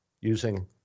using